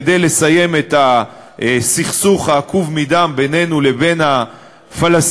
כדי לסיים את הסכסוך העקוב מדם בינינו לבין הפלסטינים,